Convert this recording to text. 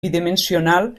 bidimensional